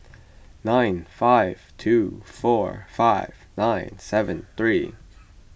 nine five two four five nine seven three